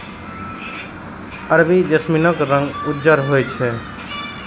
अरबी जैस्मीनक रंग उज्जर होइ छै